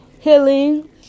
healing